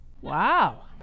Wow